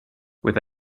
with